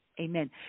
Amen